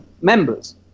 members